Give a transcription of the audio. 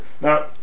Now